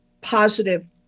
positive